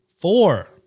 Four